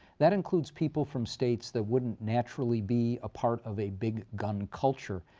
that includes people from states that wouldn't naturally be a part of a big gun culture.